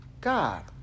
God